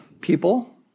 people